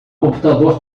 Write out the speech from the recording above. computador